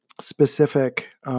specific